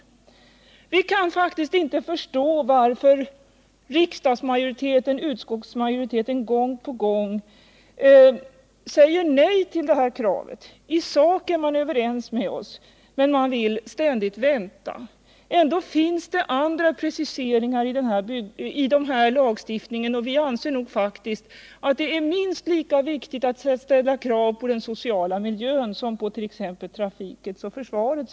Vi kan faktiskt inte förstå varför riksdagsmajoriteten och utskottsmajoriteten gång på gång säger nej till det här kravet. I sak är man överens med oss, men man vill ständigt vänta. Ändå finns det ju redan andra preciseringar i den här lagstiftningen, och vi anser faktiskt att det är minst lika viktigt att ställa krav på den sociala miljön som på t.ex. trafiken och försvaret.